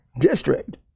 district